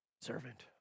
servant